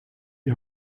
die